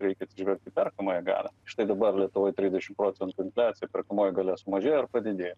reikia atsižvelgt į perkamąją galią štai dabar lietuvoj trisdešim procentų infliacija perkamoji galia sumažėjo ar padidėjo